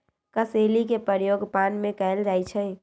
कसेली के प्रयोग पान में कएल जाइ छइ